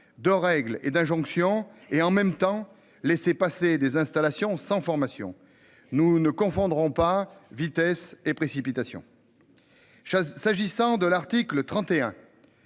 de règles et d'injonction et en même temps laisser passer des installations, sans formation nous ne confondre ont pas vitesse et précipitation. Chasse, s'agissant de l'article 31.